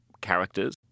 characters